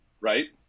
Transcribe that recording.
right